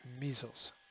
measles